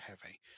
heavy